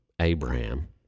Abraham